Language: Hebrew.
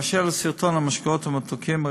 באשר לסרטון המשקאות הממותקים,